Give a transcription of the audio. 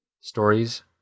stories